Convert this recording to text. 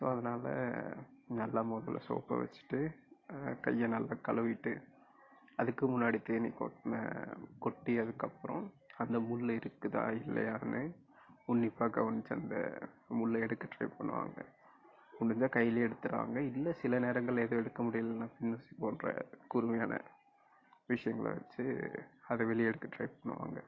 so அதனால் நல்லா முதல்ல சோப்பை வைச்சிட்டு கையை நல்லா கழுவிட்டு அதுக்கு முன்னாடி தேனீ கொட்டின கொட்டியதுக்கு அப்புறம் அந்த முள் இருக்குதா இல்லையான்னு உன்னிப்பாக கவனித்து அந்த முள் எடுக்க ட்ரை பண்ணுவாங்க முடிஞ்சா கையிலயே எடுத்துடுவாங்க இல்லை சில நேரங்களில் எதுவும் எடுக்க முடியலன்னா ஊசி போன்ற கூர்மையான விஷயங்களை வச்சு அதை வெளியே எடுக்க ட்ரை பண்ணுவாங்க